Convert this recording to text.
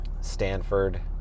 Stanford